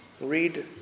Read